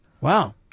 Wow